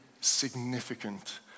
significant